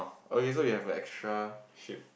okay so we have a extra sheep